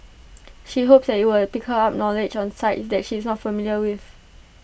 she hopes IT was pick up knowledge on sites that she is not familiar with